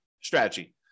strategy